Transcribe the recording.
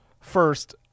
first